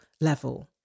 level